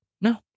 No